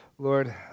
Lord